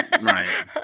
Right